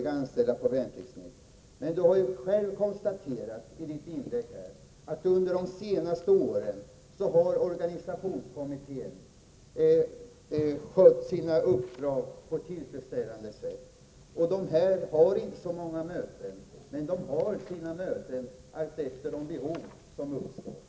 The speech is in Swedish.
Men Eric Hägelmark har ju själv i sitt inlägg här konstaterat att organisationskommittén under de senaste åren skött sina uppdrag på ett tillfredsställande sätt. Organisationskommittén har inte så många möten, men den har möten alltefter de behov som uppstår.